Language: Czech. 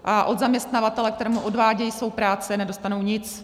A od zaměstnavatele, kterému odvádějí svou práci, nedostanou nic.